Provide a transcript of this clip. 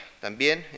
también